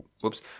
whoops